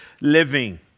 living